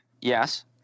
yes